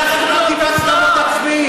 אין לכם בכלל טיפת כבוד עצמי.